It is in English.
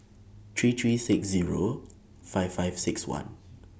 three three six Zero five five six one